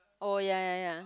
oh ya ya ya